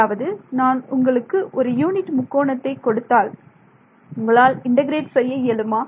அதாவது நான் உங்களுக்கு ஒரு யூனிட் முக்கோணத்தை கொடுத்தால் உங்களால் இன்டெகிரேட் செய்ய இயலுமா